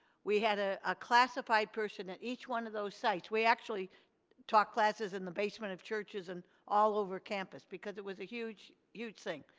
we had ah a classified person at each one of those sites. we actually taught classes in the basement of churches and all over campus, because it was a huge huge thing.